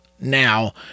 Now